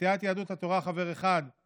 סיעת יהדות התורה, חבר אחד,